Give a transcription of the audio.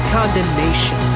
condemnation